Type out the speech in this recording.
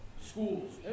Schools